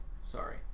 Sorry